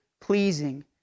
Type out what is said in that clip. pleasing